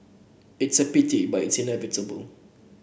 it is a pity but it's inevitable